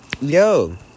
Yo